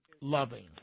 loving